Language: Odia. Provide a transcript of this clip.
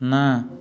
ନା